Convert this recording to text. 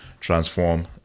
transform